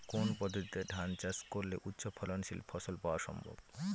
কোন পদ্ধতিতে ধান চাষ করলে উচ্চফলনশীল ফসল পাওয়া সম্ভব?